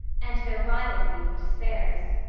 and their rivalries and despairs.